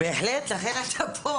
בהחלט, לכן אתה פה.